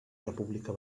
república